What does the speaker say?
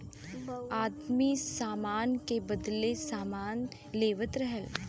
आदमी सामान के बदले सामान लेवत रहल